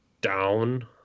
down